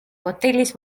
hotellis